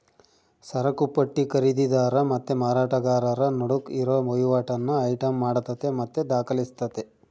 ಸರಕುಪಟ್ಟಿ ಖರೀದಿದಾರ ಮತ್ತೆ ಮಾರಾಟಗಾರರ ನಡುಕ್ ಇರೋ ವಹಿವಾಟನ್ನ ಐಟಂ ಮಾಡತತೆ ಮತ್ತೆ ದಾಖಲಿಸ್ತತೆ